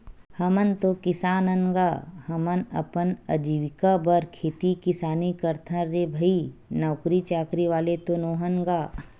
हमन तो किसान अन गा, हमन अपन अजीविका बर खेती किसानी करथन रे भई नौकरी चाकरी वाले तो नोहन गा